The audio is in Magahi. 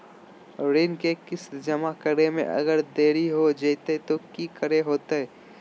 ऋण के किस्त जमा करे में अगर देरी हो जैतै तो कि होतैय?